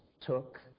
took